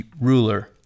ruler